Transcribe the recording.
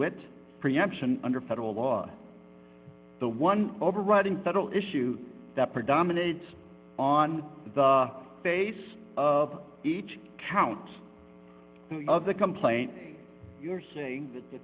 wit preemption under federal law the one overriding federal issue that predominates on the basis of each count of the complaint you're saying that th